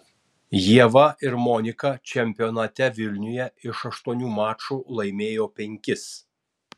ieva ir monika čempionate vilniuje iš aštuonių mačų laimėjo penkis